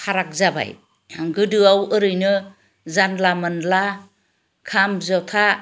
फाराग जाबाय गोदोआव ओरैनो जानला मोनला खाम जथा